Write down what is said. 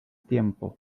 tiempo